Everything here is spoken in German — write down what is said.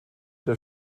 der